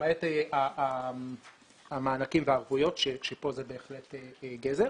למעט המענקים והערבויות שכאן זה בהחלט גזר.